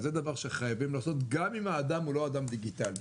זה דבר שחייבים לעשות גם אם האדם הוא לא אדם דיגיטלי.